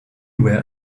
were